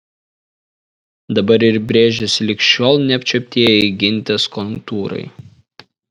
dabar ir brėžiasi lig šiol neapčiuoptieji gintės kontūrai